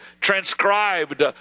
transcribed